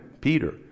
Peter